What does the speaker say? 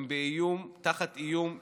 הם תחת איום יום-יומי,